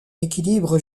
équilibre